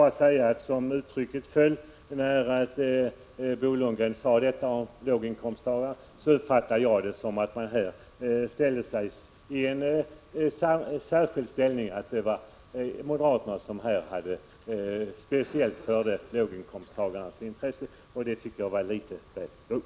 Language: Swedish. Som orden föll uppfattade jag vad Bo Lundgren sade om låginkomsttagarna på det sättet att han påstod att speciellt moderaterna företräder låginkomsttagarnas intressen. Det tyckte jag var litet väl grovt.